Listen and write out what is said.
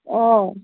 অঁ